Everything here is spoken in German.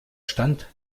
stand